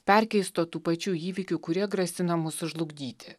perkeisto tų pačių įvykių kurie grasina mus sužlugdyti